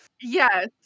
Yes